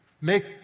Make